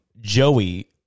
Joey